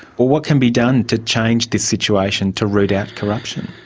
what can be done to change this situation, to root out corruption?